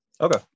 Okay